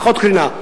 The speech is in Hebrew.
פחות קרינה,